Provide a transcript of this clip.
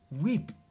Weep